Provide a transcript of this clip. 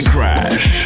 Crash